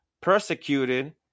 persecuted